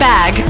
Bag